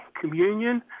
communion